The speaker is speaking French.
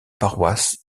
paroisse